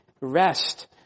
rest